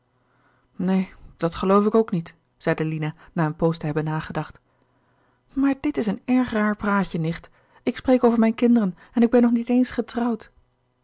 neen dat geloof ik ook niet zeide lina na een poos te hebben nagedacht maar dit is een erg raar praatje nicht ik spreek over mijn kinderen en ik ben nog niet eens getrouwd